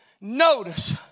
notice